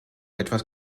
etwas